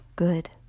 Good